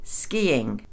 skiing